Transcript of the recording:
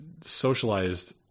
socialized